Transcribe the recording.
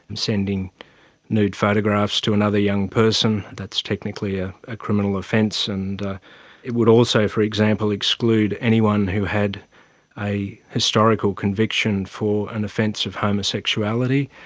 sending nude photographs to another young person, that's technically ah a criminal offence. and it would also, for example, exclude anyone who had a historical conviction for an offence of homosexuality.